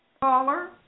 caller